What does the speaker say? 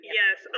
yes